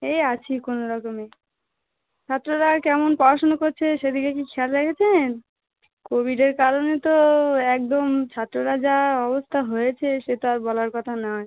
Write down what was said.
এই আছি কোনো রকমে ছাত্ররা কেমন পড়াশুনা করছে সেদিকে কি খেয়াল রেখেছেন কোভিডের কারণে তো একদম ছাত্ররা যা অবস্থা হয়েছে সেটা আর বলার কথা নয়